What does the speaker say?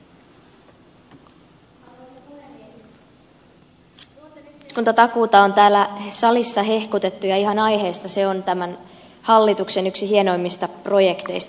nuorten yhteiskuntatakuuta on täällä salissa hehkutettu ja ihan aiheesta se on tämän hallituksen yksi hienoimmista projekteista